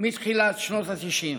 מתחילת שנות התשעים.